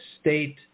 state